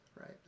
right